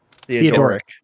Theodoric